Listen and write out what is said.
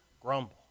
Grumble